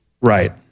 Right